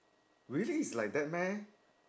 really it's like that meh